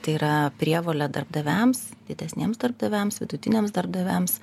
tai yra prievolė darbdaviams didesniems darbdaviams vidutiniams darbdaviams